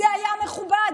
זה היה מכובד?